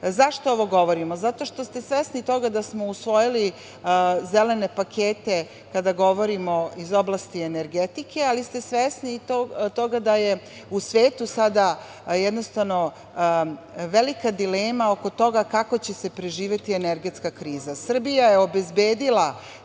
gasa.Zašto ovo govorimo? Zato što ste svesni toga da smo usvojili zelene pakete kada govorimo iz oblasti energetike, ali ste svesni i toga da je u svetu sada velika dilema oko toga kako će se preživeti energetska kriza. Srbija je obezbedila